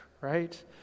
right